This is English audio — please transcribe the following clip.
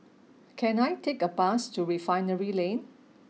can I take a bus to Refinery Lane